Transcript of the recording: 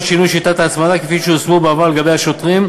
שינוי שיטת ההצמדה שיושמו בעבר לגבי השוטרים,